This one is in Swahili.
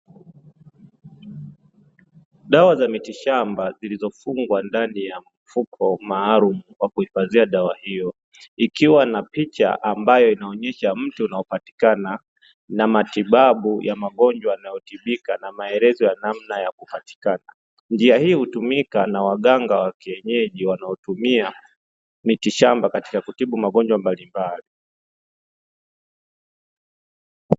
Dawa za mitishamba zilizofungwa ndani ya mfuko maalumu wa kuhifadhia dawa hiyo, ikiwa na picha ambayo inaonyesha mti unaopatikana, na matibabu ya magonjwa yanayotibika na maelezo ya namna ya kupatikana. Njia hii hutumika na waganga wa kienyeji wanaotumia miti shamba katika kutibu magonjwa mbalimbali.